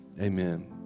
Amen